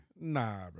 Nah